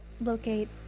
locate